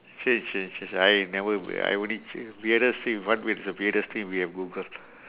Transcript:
change change change I never I only cha~ weirdest thing what weird is the weirdest thing you have googled